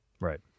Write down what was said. Right